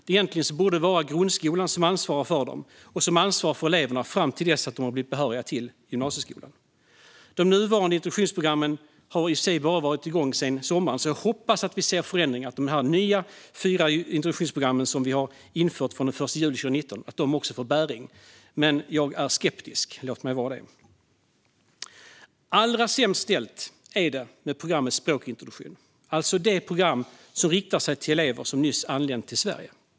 Egentligen borde det vara grundskolan som ansvarar för dem och som ansvarar för eleverna fram till dess att de har blivit behöriga till gymnasieskolan. De nuvarande introduktionsprogrammen har bara varit igång sedan i somras. Jag hoppas därför att vi kommer att se förändringar och att de fyra nya introduktionsprogram som har införts från den 1 juli 2019 får bäring, men jag är skeptisk. Låt mig vara det. Allra sämst ställt är det med programmet språkintroduktion, alltså det program som riktar sig till elever som nyss har anlänt till Sverige.